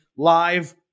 live